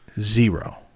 zero